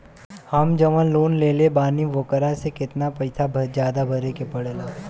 हम जवन लोन लेले बानी वोकरा से कितना पैसा ज्यादा भरे के पड़ेला?